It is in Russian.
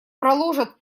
проложат